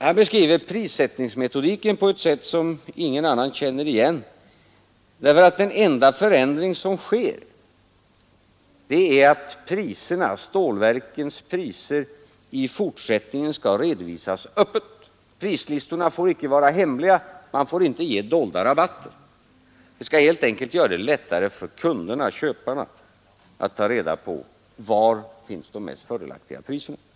Han beskriver prissättningsmetodiken på ett sätt som ingen annan känner igen, för den enda förändring som sker är att stålverkens priser i fortsättningen skall redovisas öppet. Prislistorna får inte vara hemliga. Man får inte ge dolda rabatter. Det skall helt enkelt göra det lättare för köparna att ta reda på var de mest fördelaktiga priserna finns.